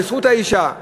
בזכות האישה.